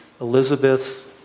Elizabeth's